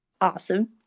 Awesome